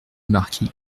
marquis